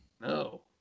No